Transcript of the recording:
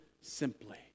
simply